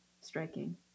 striking